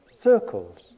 circles